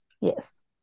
Yes